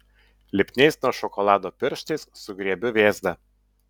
lipniais nuo šokolado pirštais sugriebiu vėzdą